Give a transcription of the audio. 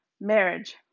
marriage